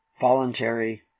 voluntary